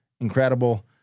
Incredible